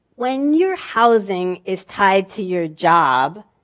when your housing is tied to your job,